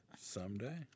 Someday